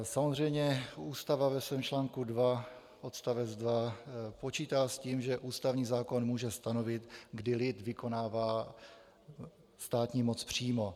Samozřejmě Ústava ve svém článku 2 odst. 2 počítá s tím, že ústavní zákon může stanovit, kdy lid vykonává státní moc přímo.